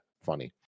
funny